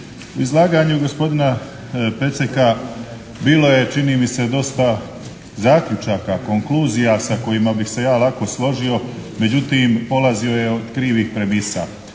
U izlaganju gospodina Peceka bilo je čini mi se dosta zaključaka, konkluzija sa kojima bi se ja lako složio, međutim polazio je od krivih premisa.